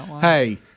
Hey